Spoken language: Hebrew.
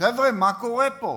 חבר'ה, מה קורה פה?